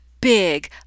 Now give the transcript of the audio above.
big